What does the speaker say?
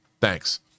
thanks